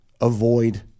avoid